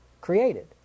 created